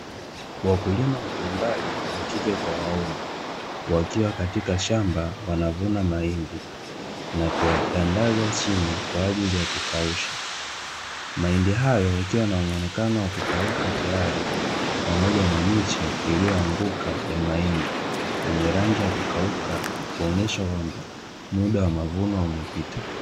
Wakulima mbalimbali (wa kike kwa waume) wakiwa katika shamba wanavuna mahindi na kuyatandaza chini kwa ajili ya kukausha. Mahindi yakiwa na muonekano wa kukauka tayari pamoja na miche iliyoanguka ya mahindi yenye rangi ya kukauka, kuonyesha kwamba muda wa mavuno umepita.